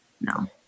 no